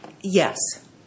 yes